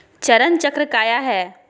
चरण चक्र काया है?